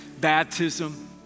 baptism